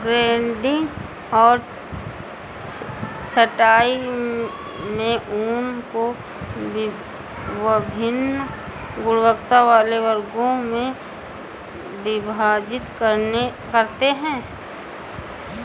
grading और छँटाई में ऊन को वभिन्न गुणवत्ता वाले वर्गों में विभाजित करते हैं